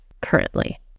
currently